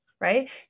right